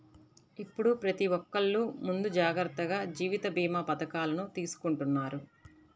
ఇప్పుడు ప్రతి ఒక్కల్లు ముందు జాగర్తగా జీవిత భీమా పథకాలను తీసుకుంటన్నారు